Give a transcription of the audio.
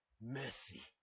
mercy